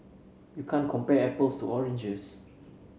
you can't compare apples to oranges